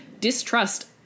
distrust